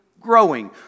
growing